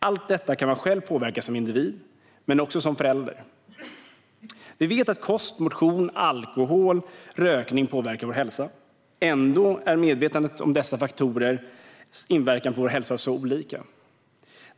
Allt detta kan man själv påverka som individ men också som förälder. Vi vet att kost, motion, alkohol och rökning påverkar vår hälsa. Ändå är medvetandet om dessa faktorers inverkan på vår hälsa så olika.